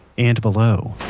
and below.